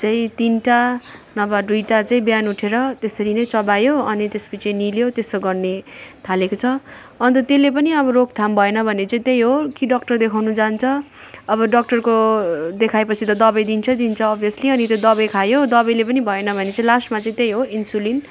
चाहिँ तिनवटा नभए दुइवटा चाहिँ बिहान उठेर त्यसरी नै चबायो अनि त्यस पछि निल्यो त्यसो गर्ने थालेको छ अन्त त्यसले पनि अब रोकथाम भएन भने चाहिँ त्यही हो कि डाक्टर देखाउन जान्छ अब डाक्टरको देखाए पछि त दबाई दिन्छ दिन्छ अभियसली अनि त्यो दबाई खायो दबाईले पनि भएन भने चाहिँ लास्टमा चाहिँ त्यही हो इन्सुलिन